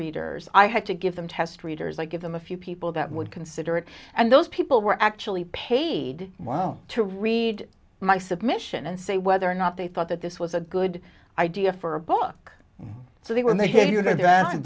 readers i had to give them test readers i give them a few people that would consider it and those people were actually paid while to read my submission and say whether or not they thought that this was a good idea for a book so they when the